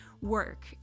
work